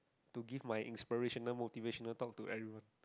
to give my inspirational motivational talk to everyone